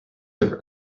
have